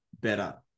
better